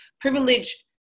privilege